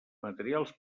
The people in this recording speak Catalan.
materials